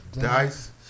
Dice